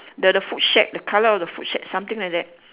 the the food shack the colour of the food shack something like that